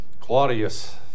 Claudius